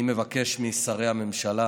אני מבקש משרי הממשלה: